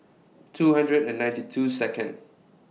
two hundred and ninety two Second